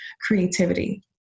creativity